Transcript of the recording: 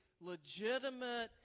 legitimate